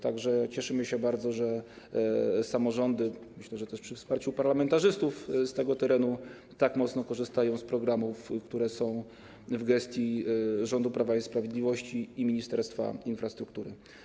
Tak że cieszymy się bardzo, że samorządy - myślę, że też przy wsparciu parlamentarzystów z tego terenu - tak mocno korzystają z programów, które są w gestii rządu Prawa i Sprawiedliwości i Ministerstwa Infrastruktury.